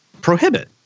prohibit